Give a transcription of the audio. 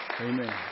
Amen